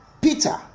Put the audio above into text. Peter